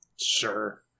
sure